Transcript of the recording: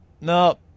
no